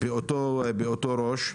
באותו ראש.